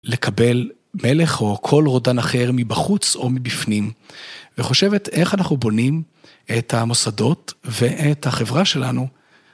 לקבל מלך או כל רודן אחר מבחוץ או מבפנים וחושבת איך אנחנו בונים את המוסדות ואת החברה שלנו.